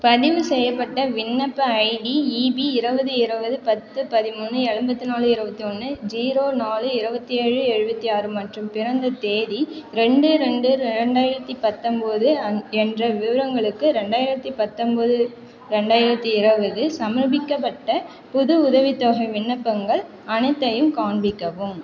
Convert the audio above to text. பதிவுசெய்யப்பட்ட விண்ணப்ப ID E P இருபது இருபது பத்து பதிமூணு எண்பத்தி நாலு இருபத்தி ஒன்று ஸீரோ நாலு இருபத்தி ஏழு எழுபத்தி ஆறு மற்றும் பிறந்த தேதி ரெண்டு ரெண்டு ரெண்டாயிரத்தி பத்தொம்போது என்ற விவரங்களுக்கு ரெண்டாயிரத்தி பத்தொம்போது ரெண்டாயிரத்தி இருபது சமர்ப்பிக்கப்பட்ட புது உதவித்தொகை விண்ணப்பங்கள் அனைத்தையும் காண்பிக்கவும்